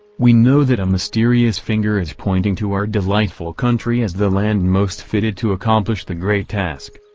we know that a mysterious finger is pointing to our delightful country as the land most fitted to accomplish the great task.